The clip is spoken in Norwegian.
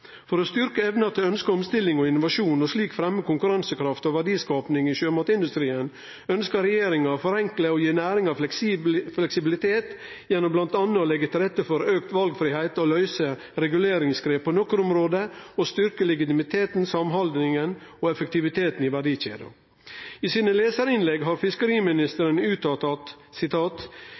å styrkje evna til ønskt omstilling og innovasjon og slik fremme konkurransekraft og verdiskaping i sjømatindustrien ønskjer regjeringa å forenkle og gi næringa fleksibilitet gjennom bl.a. å leggje til rette for auka valfridom og å løyse reguleringsgrepet på nokre område og styrkje legitimiteten, samhandlinga og effektiviteten i verdikjeda. I lesarinnlegg har fiskeriministeren uttalt: «Jeg tror ikke på at